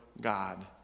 God